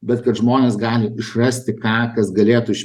bet kad žmonės gali išrasti ką kas galėtų iš